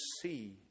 see